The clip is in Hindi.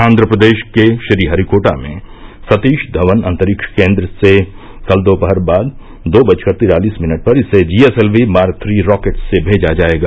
आंघ्र प्रदेश के श्रीहरिकोटा में सतीश धवन अंतरिक्ष केन्द्र से कल दोपहर बाद दो बजकर तिरालिस मिनट पर इसे जीएसएलवी मार्क थ्री रॉकेट से भेजा जाएगा